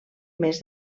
mes